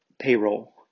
payroll